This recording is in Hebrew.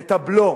את הבלו.